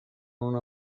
una